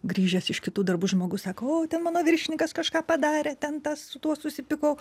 grįžęs iš kitų darbų žmogus sako o mano viršininkas kažką padarė ten tas su tuo susipykau